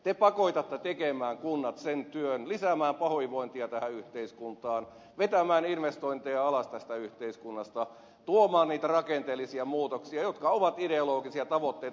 te pakotatte tekemään kunnat sen työn lisäämään pahoinvointia tähän yhteiskuntaan vetämään investointeja alas tästä yhteiskunnasta tuomaan niitä rakenteellisia muutoksia jotka ovat ideologisia tavoitteita